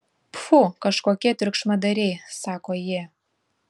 pfu kažkokie triukšmadariai sako jie